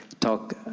talk